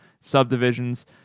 Subdivisions